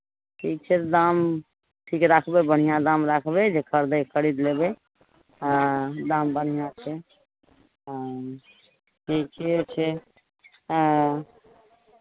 ठीक छै दाम ठीक राखबै बढ़िआँ दाम राखबै जे खरीदै खरीद लेबै हँ दाम बढ़िआँ छै अऽ ठीके छै हँ